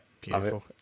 beautiful